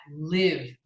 live